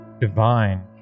divine